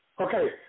Okay